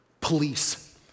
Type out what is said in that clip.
Police